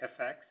FX